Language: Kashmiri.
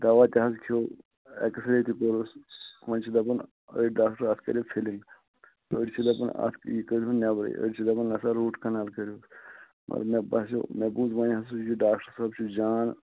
دَوا تہِ حَظ کھیٚو ایٚکٕس ریٚے تہِ کوٚرُس وۅنۍ چھِ دَپان أڈۍ ڈاکٹَر اَتھ کٔرِو فِلِنٛگ أڈۍ چھِ دَپان اتھ یہِ کڈہون نیٚبرٕے أڈۍ چھِ دَپان نَسا روٗٹ کَنال کٔرۍہوٗس مگر مےٚ باسیٚوو مےٚ بوٗز وۅنۍ ہسا چھُ یہِ ڈاکٹر صٲب چھُ جان